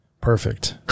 Perfect